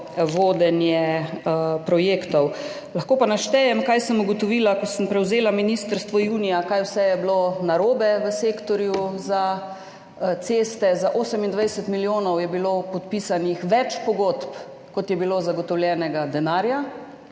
vodenje projektov. Lahko pa naštejem, kaj sem ugotovila, ko sem prevzela ministrstvo junija, kaj vse je bilo narobe v sektorju za ceste. Za 28 milijonov več pogodb je bilo podpisanih, kot je bilo zagotovljenega denarja.